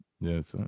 Yes